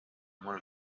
mul